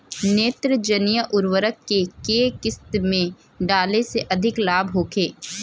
नेत्रजनीय उर्वरक के केय किस्त में डाले से अधिक लाभ होखे?